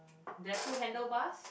there's two handle bars